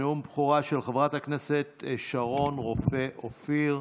נאום בכורה של חברת הכנסת שרון רופא אופיר,